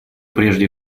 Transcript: прежде